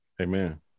Amen